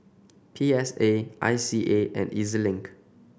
P S A I C A and E Z Link